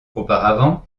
auparavant